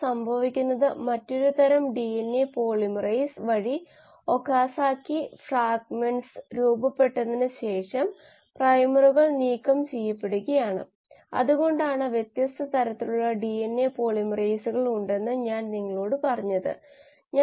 അതിനാൽ ഔപചാരികമായി പറഞ്ഞാൽ ഈ പദാവലിയിൽ M 1 മെറ്റാബോലൈറ്റ് J1J2J3 നിരക്കുകളുമായി 3 രാസപ്രവർത്തനങ്ങൾക്ക് വിധേയമാവുകയോ അല്ലെങ്കിൽ J1J2J3 എന്നീ ഫ്ലക്സുകൾക്ക് വിധേയമാവുകയോ ചെയ്താൽ നിങ്ങൾക്ക് XYZ എന്നിവ കിട്ടും Y ഇവിടെ ആവശ്യമുള്ള ഉൽപ്പന്നമാണെന്ന് J 2 നെ J 1 J 3 എന്നിവയിൽ നിന്നും തിരഞ്ഞെടുക്കേണ്ടതുണ്ട്